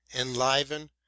enliven